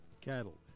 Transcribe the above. cattle